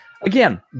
again